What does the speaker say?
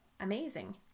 amazing